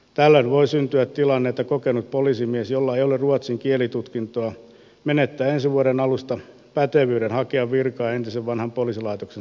tällöin voi syntyä tilanne että kokenut poliisimies jolla ei ole ruotsin kielitutkintoa menettää ensi vuoden alusta pätevyyden hakea virkaa entisen vanhan poliisilaitoksensa alueelta